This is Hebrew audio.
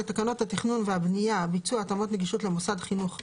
תקנות התכנון והבנייה (ביצוע התאמות נגישות למוסד חינוך חדש),